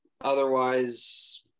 otherwise